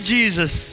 Jesus।